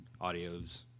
audios